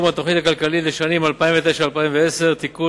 התוכנית הכלכלית לשנים 2009 ו-2010) (תיקון,